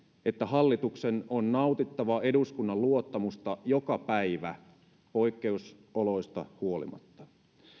että hallituksen on nautittava eduskunnan luottamusta joka päivä poikkeusoloista huolimatta